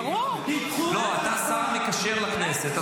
אתה השר המקשר לכנסת.